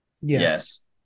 Yes